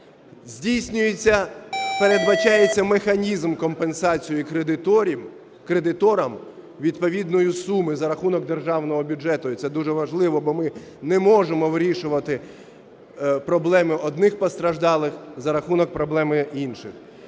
Здійснюється, передбачається механізм компенсації кредиторам відповідної сум за рахунок державного бюджету. І це дуже важливо, бо ми не можемо вирішувати проблеми одних постраждалих за рахунок проблеми інших.